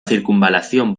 circunvalación